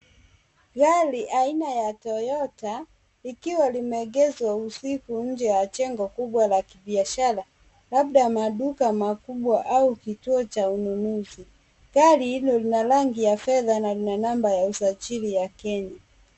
Gari aina ya Toyota likiwa limeegeshwa usiku nje ya jengo kubwa la kibiashara labda maduka makubwa au kituo cha ununuzi. Gari hilo lina rangi ya fedha na lina namba ya usajili ya Kenya.